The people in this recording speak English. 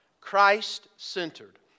Christ-centered